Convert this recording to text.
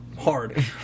hard